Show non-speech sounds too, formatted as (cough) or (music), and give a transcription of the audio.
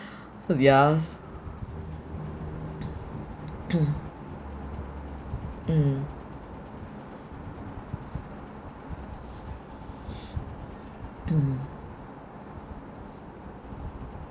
yes (coughs) mm mm